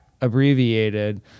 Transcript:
Abbreviated